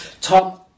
Tom